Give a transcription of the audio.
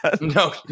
No